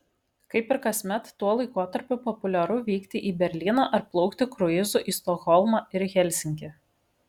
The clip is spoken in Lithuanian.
kaip ir kasmet tuo laikotarpiu populiaru vykti į berlyną ar plaukti kruizu į stokholmą ir helsinkį